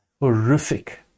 horrific